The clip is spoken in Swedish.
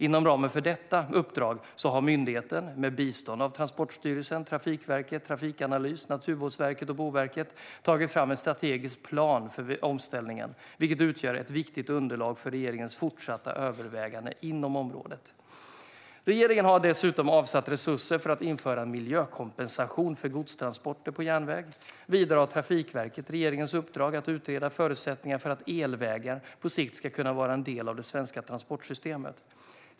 Inom ramen för detta uppdrag har myndigheten, med bistånd av Transportstyrelsen, Trafikverket, Trafikanalys, Naturvårdsverket och Boverket, tagit fram en strategisk plan för omställningen, vilken utgör ett viktigt underlag för regeringens fortsatta överväganden inom området. Regeringen har dessutom avsatt resurser för att införa en miljökompensation för godstransporter på järnväg. Vidare har Trafikverket regeringens uppdrag att utreda förutsättningarna för att elvägar på sikt ska kunna vara en del av det svenska transportsystemet.